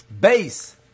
Bass